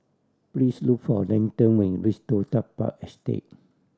please look for Denton when you reach Toh Tuck Park Estate